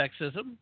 sexism